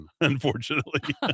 unfortunately